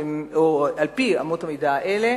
על-פי אמות המידה האלה